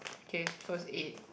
okay so it's eight